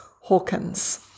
Hawkins